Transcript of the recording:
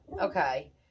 Okay